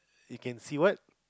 you can see what